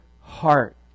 heart